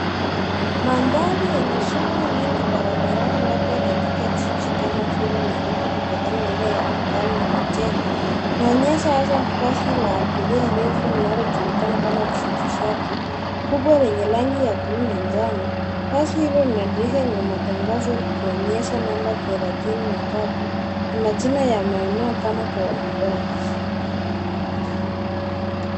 Mandhari yenye shughuli nyingi barabarani labda katika jiji kama vile Nairobi kutokana na aina ya magari na majengo. Inaonyesha hasa basi la abiria refu linalojulikana kama city shuttle kubwa lenye rangi ya buluu na njano. Basi hilo lina dirisha lenye matangazo likionyesha namba thelathini na tatu na majina ya maeneo kama Kawangware.